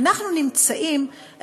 אנחנו חווינו,